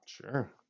Sure